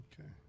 Okay